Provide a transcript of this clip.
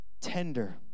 tender